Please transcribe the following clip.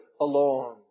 alone